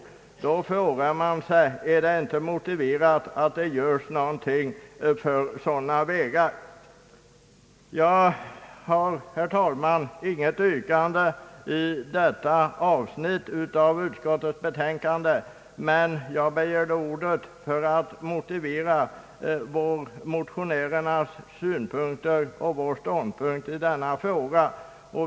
Man kan fråga sig, om det inte är motiverat att det görs någonting åt sådana vägar. Jag har, herr talman, inte något yrkande när det gäller detta avsnitt av ut Anslagen till vägväsendet skottets utlåtande, men jag begärde ordet för att motivera motionärernas synpunkter och ståndpunkt i denna fråga.